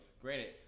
granted